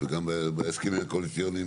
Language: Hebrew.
וגם בהסכמים הקואליציוניים,